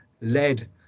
led